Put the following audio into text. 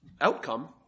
outcome